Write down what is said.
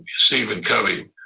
stephen covey.